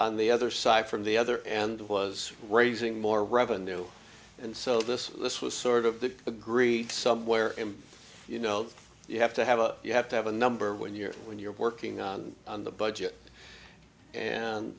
on the other side from the other and was raising more revenue and so this this was sort of the agree somewhere and you know you have to have a you have to have a number when you're when you're working on the budget and